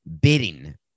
bidding